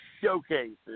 Showcases